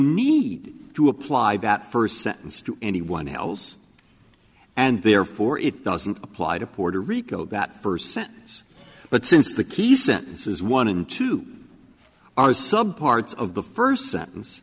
need to apply that first sentence to anyone else and therefore it doesn't apply to puerto rico that first sentence but since the key sentence is one and two are sub par it's of the first sentence